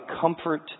comfort